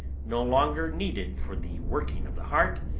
no longer needed for the working of the heart,